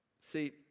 see